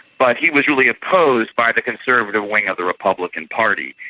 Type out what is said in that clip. but he was really opposed by the conservative wing of the republican party.